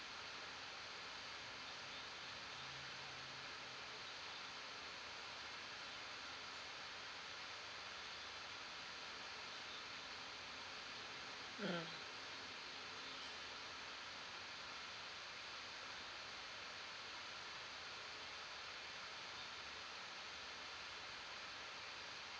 mm